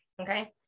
Okay